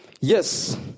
Yes